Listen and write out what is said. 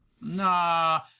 Nah